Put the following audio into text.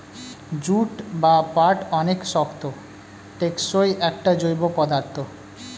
jute বা পাট অনেক শক্ত, টেকসই একটা জৈব পদার্থ